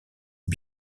aux